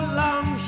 long